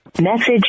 Message